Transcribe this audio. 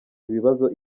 ibibazo